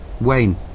Wayne